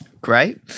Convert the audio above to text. Great